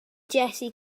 jesse